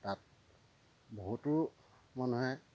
তাত বহুতো মানুহে